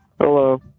Hello